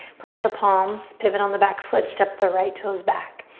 plant the palms, pivot on the back foot. step the right toes back.